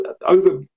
over